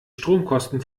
stromkosten